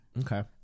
Okay